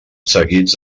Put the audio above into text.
seguits